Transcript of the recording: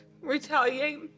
retaliate